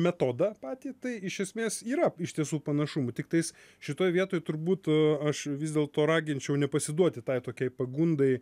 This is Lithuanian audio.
metodą patį tai iš esmės yra iš tiesų panašumų tiktais šitoj vietoj turbūt aš vis dėlto raginčiau nepasiduoti tai tokiai pagundai